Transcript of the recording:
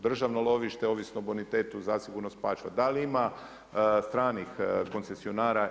Državno lovište ovisno o bonitetu zasigurno … Da li ima stranih koncesionara?